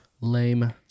Lame